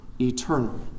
eternal